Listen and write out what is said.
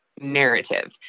narrative